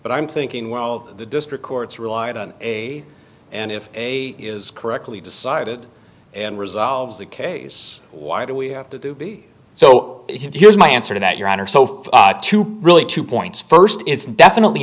but i'm thinking well of the district courts relied on a and if a is correctly decided and resolves the case why do we have to do so here's my answer to that your honor so far really two points first it's definitely